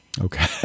Okay